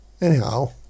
anyhow